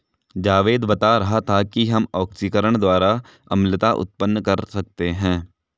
जावेद बता रहा था कि हम ऑक्सीकरण द्वारा अम्लता उत्पन्न कर सकते हैं